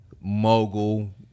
mogul